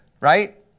right